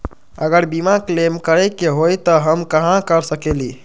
अगर बीमा क्लेम करे के होई त हम कहा कर सकेली?